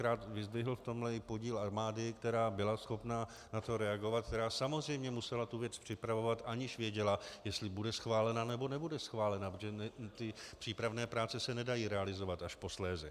Rád bych v tomhle vyzdvihl i podíl armády, která byla schopna na to reagovat, která samozřejmě musela tu věc připravovat, aniž věděla, jestli bude schválena, nebo nebude schválena, protože přípravné práce se nedají realizovat až posléze.